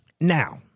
now